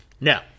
No